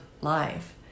life